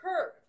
curve